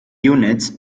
units